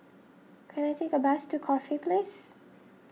can I take a bus to Corfe Place